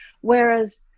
Whereas